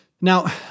Now